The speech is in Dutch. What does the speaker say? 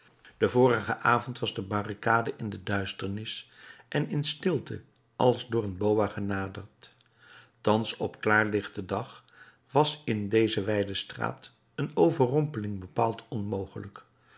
den vorigen avond was de barricade in de duisternis en in stilte als door een boa genaderd thans op klaarlichten dag was in deze wijde straat een overrompeling bepaald onmogelijk